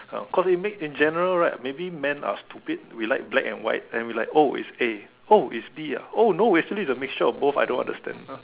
um cause it may~ in general right maybe men are stupid we like black and white then we like oh it's A oh it's B ah oh no actually the mixture of both I don't understand